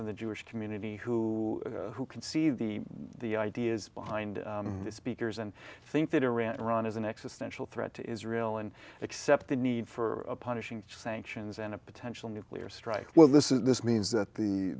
of the jewish community who who can see the the ideas behind the speakers and think that iran iran is an axis central threat to israel and accept the need for punishing sanctions and a potential nuclear strike well this is this means that the